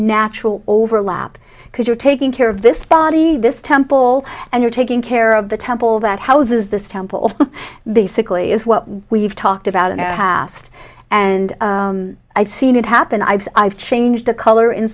natural overlap because you're taking care of this body this temple and you're taking there of the temple that houses this temple basically is what we've talked about and asked and i've seen it happen i've i've changed the color in